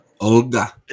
Olga